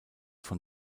von